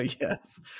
yes